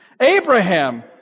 Abraham